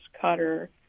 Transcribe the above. cutter